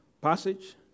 passage